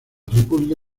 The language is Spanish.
república